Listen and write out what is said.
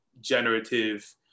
generative